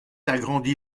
agrandi